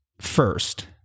first